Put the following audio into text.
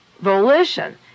volition